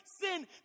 sin